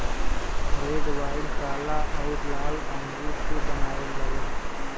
red wine काला आउर लाल अंगूर से बनावल जाला